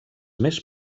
més